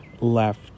left